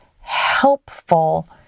helpful